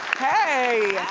hey,